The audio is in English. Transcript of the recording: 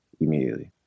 immediately